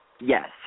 Yes